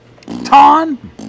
Ton